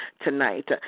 tonight